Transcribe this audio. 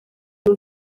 n’u